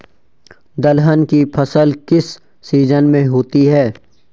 दलहन की फसल किस सीजन में होती है?